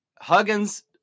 Huggins